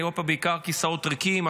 אני רואה פה בעיקר כיסאות ריקים,